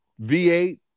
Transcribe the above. v8